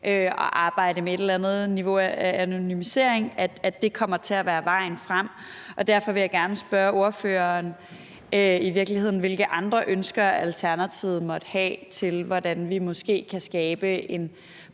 at arbejde med et eller andet niveau af anonymisering, at det kommer til at være vejen frem. Og derfor vil jeg gerne spørge ordføreren, hvilke andre ønsker Alternativet i virkeligheden måtte have til, hvordan vi måske kan skabe en